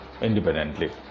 independently